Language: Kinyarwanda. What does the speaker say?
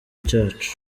cyacu